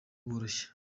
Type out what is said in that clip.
bworoshye